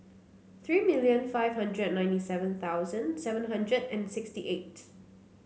three million five hundred and ninety seven thousand seven hundred and sixty eight